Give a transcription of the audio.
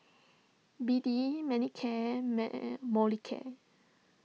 B D Manicare meh Molicare